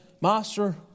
Master